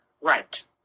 Right